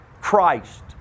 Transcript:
Christ